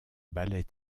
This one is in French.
ballet